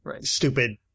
stupid